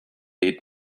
eat